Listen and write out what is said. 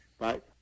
right